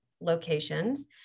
locations